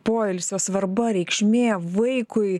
poilsio svarba reikšmė vaikui